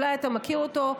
אולי אתה מכיר אותו.